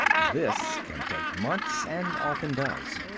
this can take months, and often does.